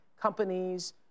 companies